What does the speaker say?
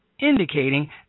indicating